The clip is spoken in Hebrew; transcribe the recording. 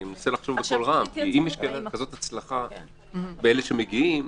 כי אם יש כזאת הצלחה בקרב אלה שמגיעים,